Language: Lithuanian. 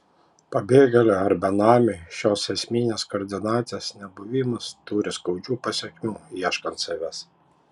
pabėgėliui ar benamiui šios esminės koordinatės nebuvimas turi skaudžių pasekmių ieškant savęs